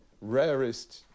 rarest